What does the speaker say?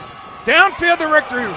downfield to richter,